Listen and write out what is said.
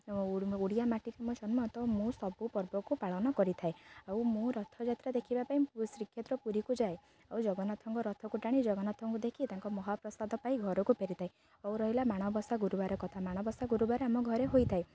ଓଡ଼ିଆ ମାଟିକୁ ମୋ ଜନ୍ମ ତ ମୁଁ ସବୁ ପର୍ବକୁ ପାଳନ କରିଥାଏ ଆଉ ମୁଁ ରଥଯାତ୍ରା ଦେଖିବା ପାଇଁ ଶ୍ରୀକ୍ଷେତ୍ର ପୁରୀକୁ ଯାଏ ଆଉ ଜଗନ୍ନାଥଙ୍କ ରଥକୁ ଟାଣି ଜଗନ୍ନାଥଙ୍କୁ ଦେଖି ତାଙ୍କ ମହାପ୍ରସାଦ ପାଇ ଘରକୁ ଫେରିଥାଏ ଆଉ ରହିଲା ମାଣବସା ଗୁରୁବାର କଥା ମାଣବସା ଗୁରୁବାର ଆମ ଘରେ ହୋଇଥାଏ